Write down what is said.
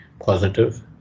positive